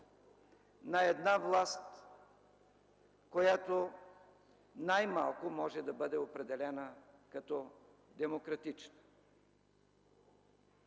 на една власт, която най малко може да бъде определена като демократична.